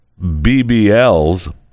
BBLs